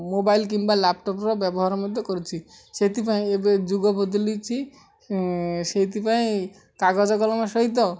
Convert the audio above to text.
mobile କିମ୍ବା ଲ୍ୟାପଟପ୍ର ବ୍ୟବହାର ମଧ୍ୟ କରୁଛି ସେଥିପାଇଁ ଏବେ ଯୁଗ ବଦଳିଛି ସେଇଥିପାଇଁ କାଗଜ କଲମ ସହିତ